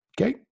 okay